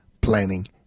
planning